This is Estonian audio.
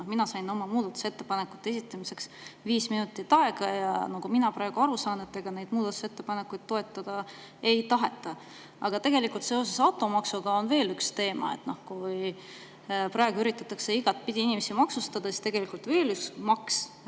Mina sain oma muudatusettepanekute esitamiseks viis minutit aega ja nagu ma olen aru saanud, ega neid muudatusettepanekuid toetada ei taheta. Ent tegelikult on seoses automaksuga veel üks teema. Kui praegu üritatakse igatpidi inimesi maksustada, siis on veel üks maks,